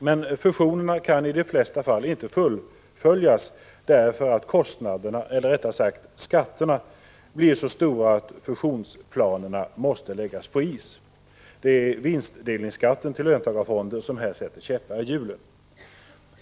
Men fusionerna kan i de flesta fall inte fullföljas därför att kostnaderna — eller rättare sagt skatterna — blir så stora att fusionsplanerna måste läggas på is. Det är vinstdelningsskatten till löntagarfonder som sätter käppar i hjulen.